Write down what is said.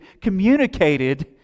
communicated